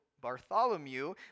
Bartholomew